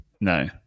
No